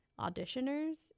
auditioners